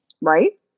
right